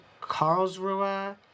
Karlsruhe